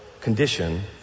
condition